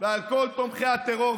ועל כל תומכי הטרור.